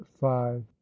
five